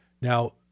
Now